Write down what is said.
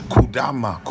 Kudama